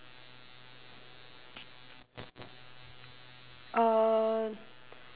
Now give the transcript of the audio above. uh